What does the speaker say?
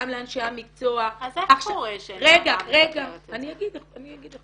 גם לאנשי המקצוע -- אז איך קורה -- אני אגיד לך.